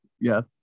yes